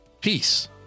Peace